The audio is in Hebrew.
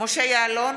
משה יעלון,